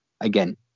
Again